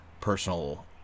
personal